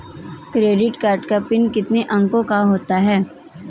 Credit card का PIN कितने अंकों का होता है?